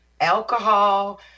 Alcohol